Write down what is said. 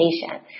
patient